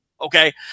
okay